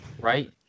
right